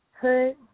Hood